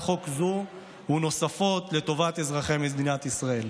חוק זו ונוספות לטובת אזרחי מדינת ישראל.